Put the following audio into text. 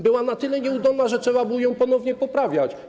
Była na tyle nieudolna, że trzeba było ją ponownie poprawiać.